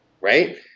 Right